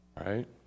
Right